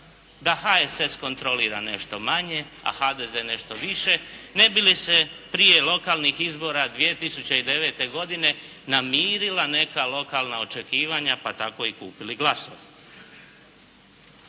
da HSS kontrolira nešto manje, a HDZ nešto više ne bi li se prije lokalnih izbora 2009. godine namirila neka lokalna očekivanja pa tako i kupili glasove.